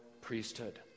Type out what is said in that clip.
priesthood